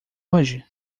hoje